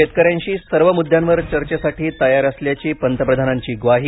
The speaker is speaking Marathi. शेतकऱ्यांशी सर्व मुद्यांवर चर्चेसाठी तयार असल्याची पंतप्रधानांची ग्वाही